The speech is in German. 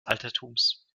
altertums